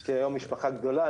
יש לי משפחה גדולה,